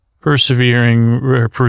Persevering